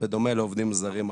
בדומה לעובדים זרים אחרים.